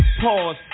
Pause